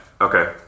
okay